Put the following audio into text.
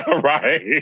Right